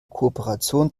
kooperation